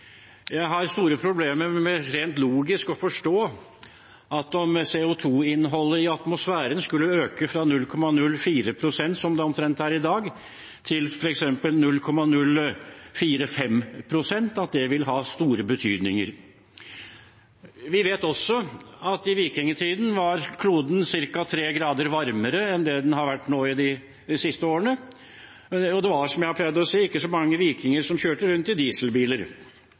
Jeg har store problemer med rent logisk å forstå at om CO 2 -innholdet i atmosfæren skulle øke fra 0,04 pst., som det omtrent er i dag, til f.eks. 0,045 pst., vil det ha store betydninger. Vi vet også at i vikingtiden var kloden ca. tre grader varmere enn det den har vært nå de siste årene, og det var, som jeg har pleid å si, ikke så mange vikinger som kjørte rundt i dieselbiler.